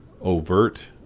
overt